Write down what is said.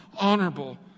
honorable